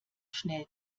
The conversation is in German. schnell